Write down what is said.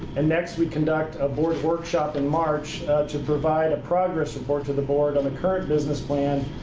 and next, we conduct a board workshop in march to provide a progress report to the board on the current business plan,